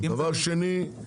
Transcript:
דבר שני,